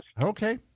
Okay